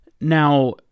Now